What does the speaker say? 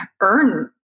earn